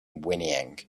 whinnying